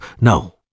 No